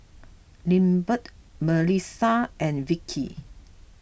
Lindbergh Milissa and Vickie